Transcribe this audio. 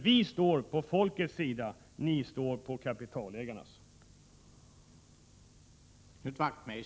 Vi står på folkets sida, medan ni står på kapitalägarnas sida.